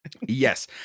Yes